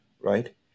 right